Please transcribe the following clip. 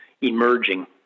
emerging